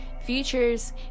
features